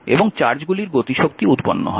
এবং চার্জগুলির গতিশক্তি উৎপন্ন হয়